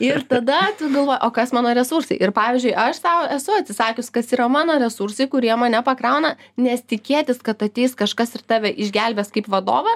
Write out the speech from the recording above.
ir tada tu galvoji o kas mano resursai ir pavyzdžiui aš sau esu atsisakius kas yra mano resursai kurie mane pakrauna nes tikėtis kad ateis kažkas ir tave išgelbės kaip vadovą